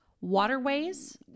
waterways